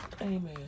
Amen